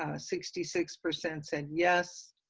ah sixty six percent said yes.